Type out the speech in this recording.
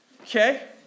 Okay